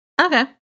Okay